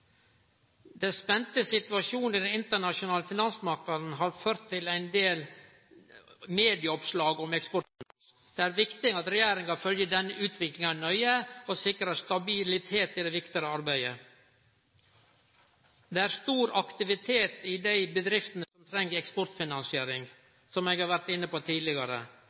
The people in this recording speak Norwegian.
Den spente situasjonen i den internasjonale finansmarknaden har ført til ein del medieoppslag om Eksportfinans. Det er viktig at regjeringa følgjer denne utviklinga nøye og sikrar stabilitet i det vidare arbeidet. Det er stor aktivitet i dei bedriftene som treng eksportfinansiering, som eg har vore inne på tidlegare.